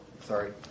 sorry